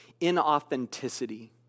inauthenticity